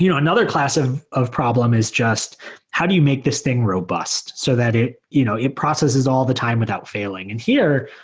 you know another class of of problem is just how do you make this thing robust so that it you know it processes all the time without failing. and here,